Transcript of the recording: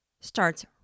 starts